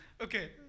Okay